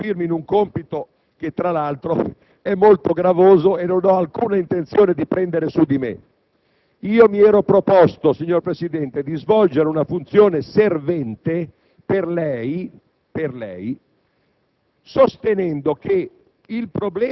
nessuna intenzione da parte mia di sostituirmi in un compito che, tra l'altro, è molto gravoso e che non ho alcuna intenzione di assumermi. Mi ero proposto, signor Presidente, di svolgere una funzione servente per lei,